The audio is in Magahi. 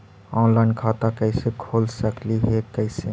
ऑनलाइन खाता कैसे खोल सकली हे कैसे?